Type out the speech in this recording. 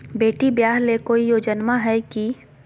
बेटी ब्याह ले कोई योजनमा हय की?